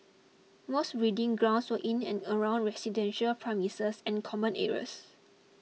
most breeding grounds were in and around residential premises and common areas